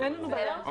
אין לנו בעיה עם זה.